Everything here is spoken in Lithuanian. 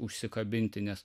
užsikabinti nes